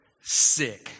Sick